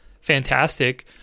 fantastic